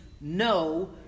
no